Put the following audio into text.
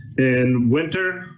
in winter,